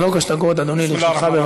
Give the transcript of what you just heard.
שלוש דקות, אדוני, לרשותך.